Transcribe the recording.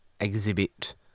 exhibit